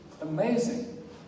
amazing